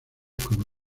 como